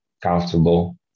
comfortable